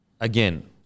again